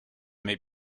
may